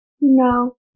No